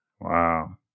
Wow